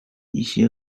一些